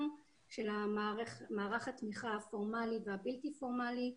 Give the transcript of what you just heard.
המצב הזה הוביל לקריסה של מערך התמיכה הפורמלי והבלתי פורמלי.